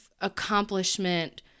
accomplishment